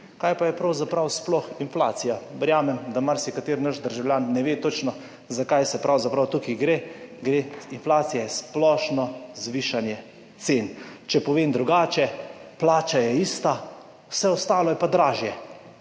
Kaj pa je pravzaprav sploh inflacija? Verjamem, da marsikateri državljan ne ve točno, za kaj pravzaprav tukaj gre. Inflacija je splošno zvišanje cen. Če povem drugače, plača je ista, vse ostalo je pa dražje.